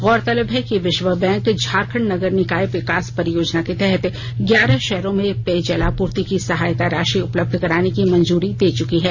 गौरतलब है कि विश्व बैंक झारखंड नगर निकाय विकास परियोजना के तहत ग्यारह शहरों में पेयजलापूर्ति के सहायता राशि उपलब्ध कराने की मंजूरी दे चूकी है